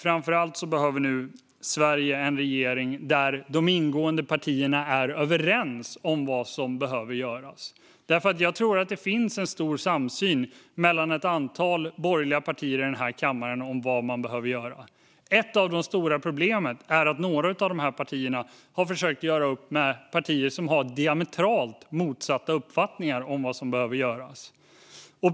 Framför allt behöver Sverige nu en regering där de ingående partierna är överens om vad som behöver göras. Jag tror att det finns en stor samsyn mellan ett antal borgerliga partier i denna kammare om vad som behöver göras. Ett av de stora problemen är att några av dessa partier har försökt göra upp med partier som har diametralt motsatta uppfattningar om vad som behöver göras.